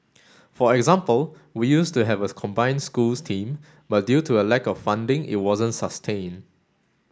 for example we used to have a combined schools team but due to a lack of funding it wasn't sustained